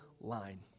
line